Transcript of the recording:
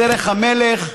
בדרך המלך.